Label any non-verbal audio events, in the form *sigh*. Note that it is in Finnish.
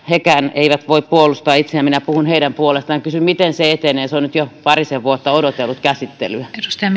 *unintelligible* nekään eivät voi puolustaa itseään minä puhun niiden puolesta ja kysyn miten se etenee se on nyt jo parisen vuotta odotellut käsittelyä